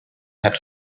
had